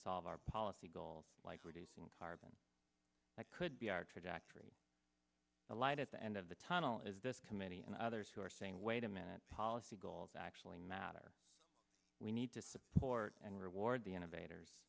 our policy goals like we did in carbon that could be our trajectory the light at the end of the tunnel is this committee and others who are saying wait a minute policy goals actually matter we need to support and reward the innovators